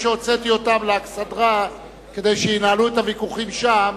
האנשים שהוצאתי אותם לאכסדרה כדי שינהלו את הוויכוחים שם,